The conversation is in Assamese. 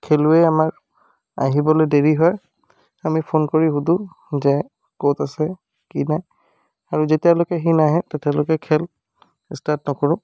খেলুৱৈ আমাৰ আহিবলৈ দেৰি হয় আমি ফোন কৰি সুধোঁ যে ক'ত আছি কি নাই আৰু যেতিয়ালৈকে সি নাহে তেতিয়ালৈকে খেল ষ্টাৰ্ট নকৰোঁ